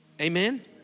Amen